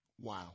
Wow